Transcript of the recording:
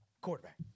Quarterback